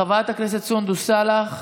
חברת הכנסת סונדוס סאלח,